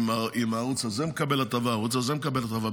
אם הערוץ הזה מקבל הטבה או הערוץ הזה מקבל הטבה.